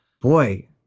boy